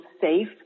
safe